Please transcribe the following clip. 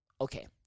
Okay